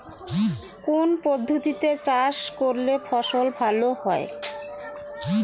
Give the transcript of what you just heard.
কোন পদ্ধতিতে চাষ করলে ফসল ভালো হয়?